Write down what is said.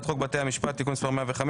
המשפט,